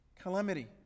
calamity